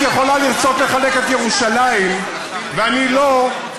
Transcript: את יכולה לרצות לחלק את ירושלים ואני לא,